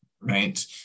right